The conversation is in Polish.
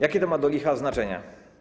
Jakie to ma, do licha, znaczenie?